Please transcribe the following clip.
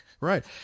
Right